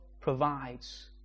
provides